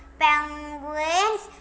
penguins